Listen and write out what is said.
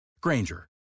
Granger